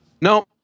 No